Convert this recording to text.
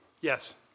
Yes